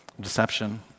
deception